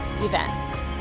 events